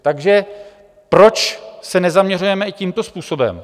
Takže proč se nezaměřujeme i tímto způsobem?